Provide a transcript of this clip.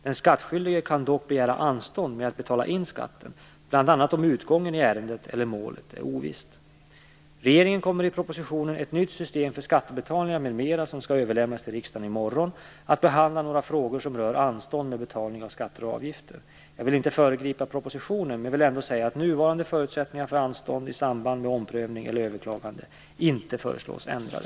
Den skattskyldige kan dock begära anstånd med att betala in skatten bl.a. om utgången i ärendet eller målet är oviss. Regeringen kommer i propositionen Ett nytt system för skattebetalningar m.m., som skall överlämnas till riksdagen i morgon, att behandla några frågor som rör anstånd med betalning av skatter och avgifter. Jag vill inte föregripa propositionen, men jag vill ändå säga att nuvarande förutsättningar för anstånd i samband med omprövning eller överklagande inte föreslås ändrade.